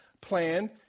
plan